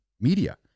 media